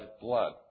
blood